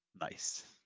Nice